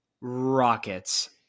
Rockets